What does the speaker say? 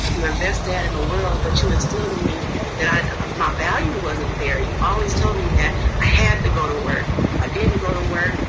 you're the best dad in the world, but you instilled in me that ah my value wasn't there. you always told me that i had to go to work. if i didn't go to work,